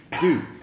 Dude